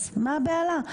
אז מה הבהלה?